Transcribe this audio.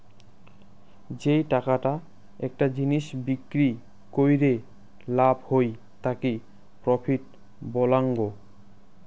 যেই টাকাটা একটা জিনিস বিক্রি কইরে লাভ হই তাকি প্রফিট বলাঙ্গ